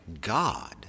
God